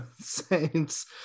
Saints